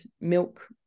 milk